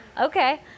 Okay